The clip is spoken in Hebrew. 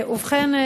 ובכן,